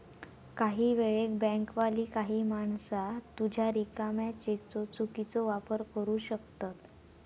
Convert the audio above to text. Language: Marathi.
काही वेळेक बँकवाली काही माणसा तुझ्या रिकाम्या चेकचो चुकीचो वापर करू शकतत